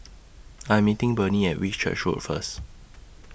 I Am meeting Burney At Whitchurch Road First